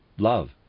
love